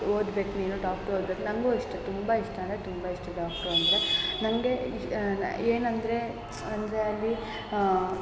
ಓದ್ಬೇಕು ನೀನು ಡಾಕ್ಟ್ರ್ ಓದ್ಬೇಕು ನಂಗು ಅಷ್ಟೇ ತುಂಬ ಇಷ್ಟ ಅಂದರೆ ತುಂಬ ಇಷ್ಟ ಡಾಕ್ಟ್ರು ಅಂದರೆ ನಂಗೆ ಏನಂದರೆ ಅಂದರೆ ಅಲ್ಲಿ